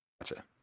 Gotcha